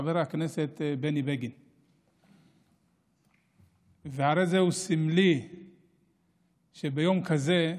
חבר הכנסת בני בגין נכנס, והרי זה סמלי שביום כזה,